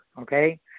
okay